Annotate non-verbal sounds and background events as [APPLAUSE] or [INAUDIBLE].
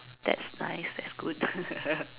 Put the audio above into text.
that's nice that's good [LAUGHS]